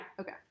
Okay